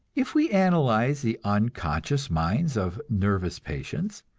if we analyze the unconscious minds of nervous patients,